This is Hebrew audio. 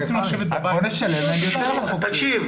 את כל התנאים הסוציאליים הוא מפסיד.